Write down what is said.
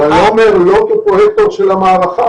אבל אני אומר לא כפרויקטור של המערכה.